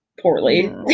Poorly